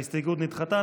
ההסתייגות נדחתה.